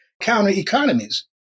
counter-economies